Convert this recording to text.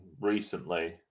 recently